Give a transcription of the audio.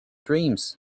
dreams